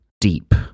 deep